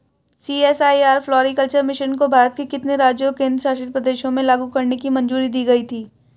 CSIR floriculture mission को भारत के कितने राज्यों और केंद्र शासित प्रदेशों में लागू करने की मंजूरी दी गई थी?